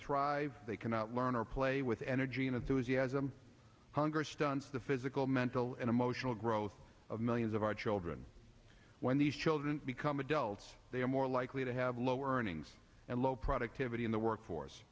thrive they cannot learn or play with energy and enthusiasm hunger stunts the physical mental and emotional growth of millions of our children when these children become adults they are more likely to have lower earnings and low productivity in the workforce